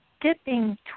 dipping